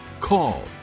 call